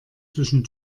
zwischen